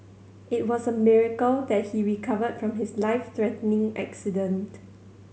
it was a miracle that he recovered from his life threatening accident